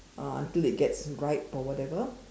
uh until it gets ripe or whatever